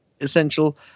Essential